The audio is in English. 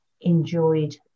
enjoyed